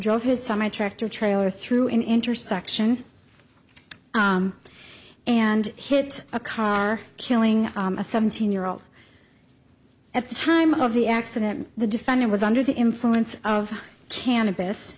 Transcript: drove his son my tractor trailer through an intersection and hit a car killing a seventeen year old at the time of the accident the defendant was under the influence of cannabis